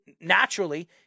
naturally